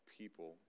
people